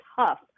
tough